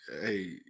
hey